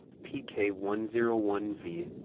p k one zero one v,